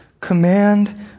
command